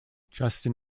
justin